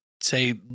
say